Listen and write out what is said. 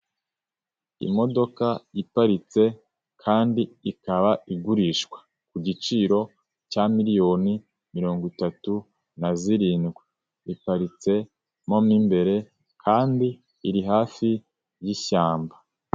Imodoka iparitse kandi ikaba igurishwa, ku giciro cya miliyoni mirongo itatu na zirindwi, iparitse, mo mu imbere kandi iri hafi y'ishyamba.